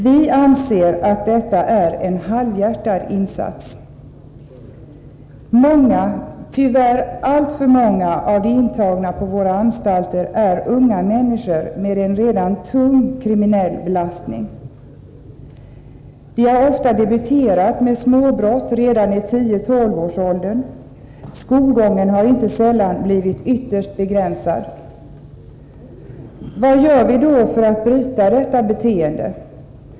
Vi anser att detta är en halvhjärtad insats. Många — tyvärr alltför många — av de intagna på våra anstalter är unga människor med en redan tung kriminell belastning. De har ofta debuterat med småbrott redan i 10-12-årsåldern. Skolgången har inte sällan blivit ytterst begränsad. Vad gör vi då för att bryta detta beteende?